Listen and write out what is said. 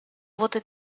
wurde